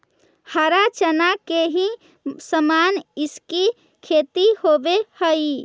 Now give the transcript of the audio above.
हरा चना के ही समान इसकी खेती होवे हई